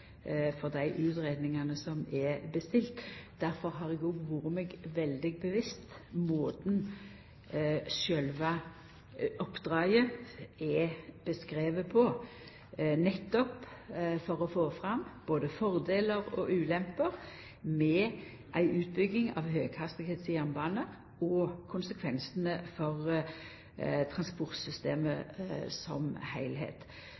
for dei utgreiingane som er bestilte. Difor har eg òg vore meg veldig bevisst måten sjølve oppdraget er beskrive på, nettopp for å få fram både fordelar og ulemper med ei utbygging av høgfartsjernbane og konsekvensane for